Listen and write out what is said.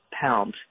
pounds